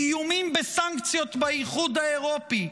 איומים בסנקציות באיחוד האירופי,